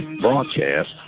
Broadcast